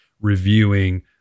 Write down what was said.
reviewing